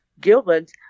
Gilbert